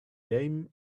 game